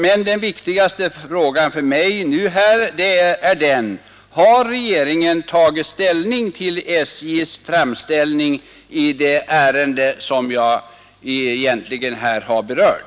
Men den viktigaste frågan för mig nu är: Har regeringen tagit ställning till SJ:s framställning i det ärende som jag här har berört?